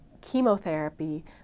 chemotherapy